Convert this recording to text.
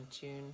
June